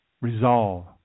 Resolve